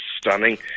stunning